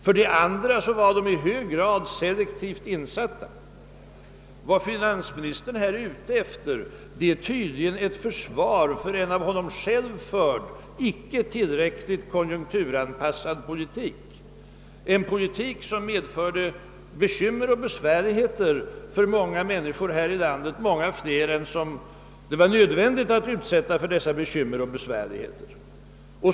För det andra var de i hög grad selektivt insatta. Vad finansministern här är ute efter är tydligen ett försvar för en av honom själv förd, icke tillräckligt konjunkturanpassad politik, en politik som medförde bekymmer och besvärligheter för många människor här i landet, många fler än det var nödvändigt att utsätta därför.